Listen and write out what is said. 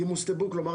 כלומר,